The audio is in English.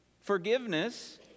Forgiveness